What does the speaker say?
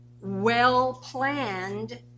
well-planned